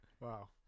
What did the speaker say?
Wow